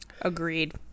Agreed